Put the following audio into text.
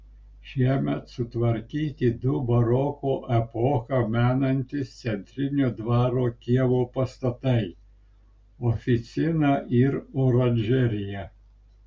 šiemet sutvarkyti du baroko epochą menantys centrinio dvaro kiemo pastatai oficina ir oranžerija